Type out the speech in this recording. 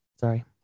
Sorry